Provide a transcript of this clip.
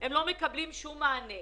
לא מקבלים שום מענה?